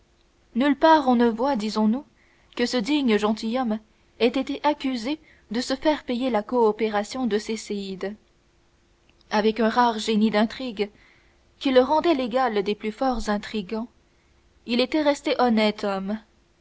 nulle part on ne voit disons-nous que ce digne gentilhomme ait été accusé de se faire payer la coopération de ses séides avec un rare génie d'intrigue qui le rendait l'égal des plus forts intrigants il était resté honnête homme